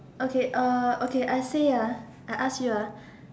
okay uh okay I say ah I ask you ah